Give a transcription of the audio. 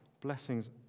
blessings